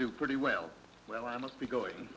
do pretty well well i must be going